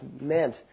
meant